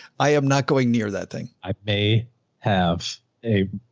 i am not going near that thing. i may have a,